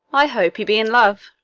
i hope he be in love.